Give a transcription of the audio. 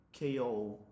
KO